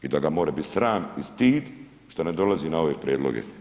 I da ga more biti sram i stid, što ne dolazi na ove prijedloge.